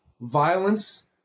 violence